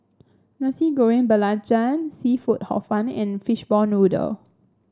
Nasi Goreng Belacan seafood Hor Fun and Fishball Noodle